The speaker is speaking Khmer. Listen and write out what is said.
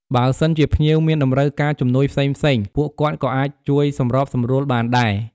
ពួកគាត់ក៏មានតួនាទីក្នុងការជួយ ថែរក្សាអនាម័យ និងសណ្ដាប់ធ្នាប់នៅជុំវិញបរិវេណពិធី និងទីអារាមទាំងមូល ដើម្បីឲ្យបរិយាកាសមានភាពស្អាតបាត និងគួរឲ្យរីករាយ។